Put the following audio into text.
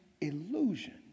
illusion